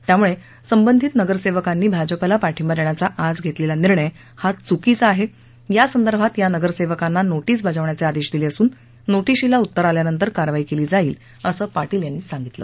त्यामुळे संबंधित नगरसेवकांनी भाजपाला पाठिंबा देण्याचा आज घेतलेला निर्णय हा चुकीचा आहे यासंदर्भात या नगरसेवकांना नोटील बजावण्याचे आदेश दिले असून नोटीचीला उत्तर आल्यानंतर कारवाई केली जाईल असं पारील यांनी सांगितलं